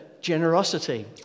generosity